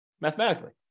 mathematically